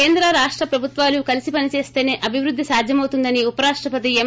కేంద్ర రాష్ట ప్రభుత్వాలు కలీసి పని చేస్తేసే అభివృద్ది సాధ్యమవుతుందని ఉపరాష్టపతి ఎం